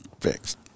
fixed